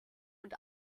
und